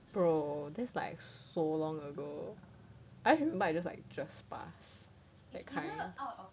bro is like so long ago I remember I just like just pass that kind of